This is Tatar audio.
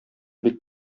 бик